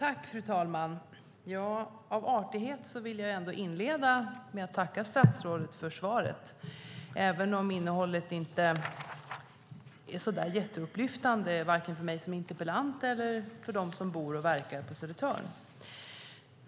Fru talman! Av artighet vill jag inleda med att tacka statsrådet för svaret, även om innehållet inte är så upplyftande vare sig för mig som interpellant eller för dem som bor och verkar på Södertörn.